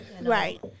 Right